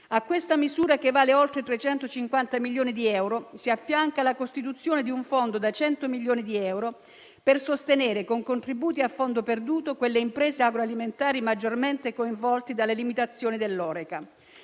A questa misura, che vale oltre 350 milioni di euro, si affianca la costituzione di un fondo da 100 milioni di euro per sostenere, con contributi a fondo perduto, quelle imprese agroalimentari maggiormente coinvolte dalle limitazioni dell'ho.re.ca.